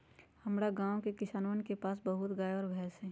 हमरा गाँव के किसानवन के पास बहुत गाय और भैंस हई